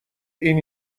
این